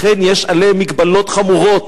לכן יש עליהם מגבלות חמורות,